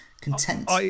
content